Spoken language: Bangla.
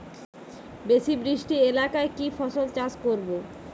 বেশি বৃষ্টি এলাকায় কি ফসল চাষ করব?